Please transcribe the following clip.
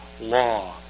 law